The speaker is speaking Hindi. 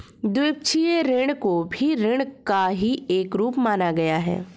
द्विपक्षीय ऋण को भी ऋण का ही एक रूप माना गया है